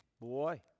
Boy